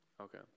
Okay